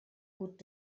gut